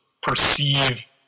perceive